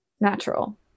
natural